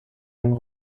این